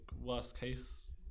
worst-case